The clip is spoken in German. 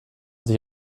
sich